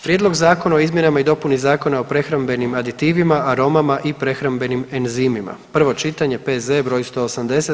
Prijedlog zakona o izmjenama i dopuni Zakona o prehrambenim aditivima, aromama i prehrambenim enzimima, prvo čitanje, P.Z. br. 180.